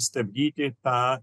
stabdyti tą